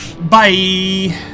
bye